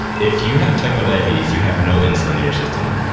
if you have type one diabetes, you have no insulin in your system.